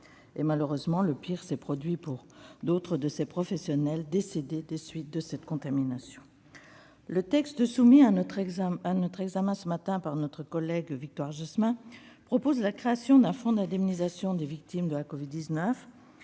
Malheureusement, le pire s'est produit pour d'autres de ces professionnels, décédés des suites de cette contamination. Le texte soumis à notre examen ce matin par notre collègue Victoire Jasmin prévoit la création d'un fonds d'indemnisation des victimes de la Covid-19.